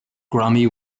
grammy